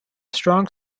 strong